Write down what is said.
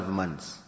months